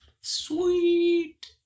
Sweet